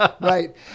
Right